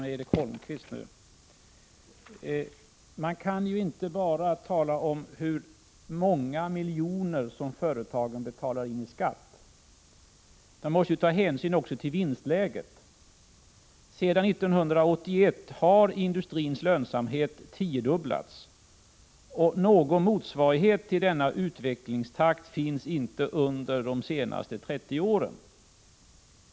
RR Herr talman! Jag skall be att få börja med Erik Holmkvists inlägg. Man kan =” RE inte bara tala om hur många miljoner som företagen betalar in i skatt. Man ÖR måste också ta hänsyn till vinstläget. Sedan 1981 har industrins lönsamhet tiodubblats. Någon motsvarighet till denna utvecklingstakt finns inte under de senaste 30 åren.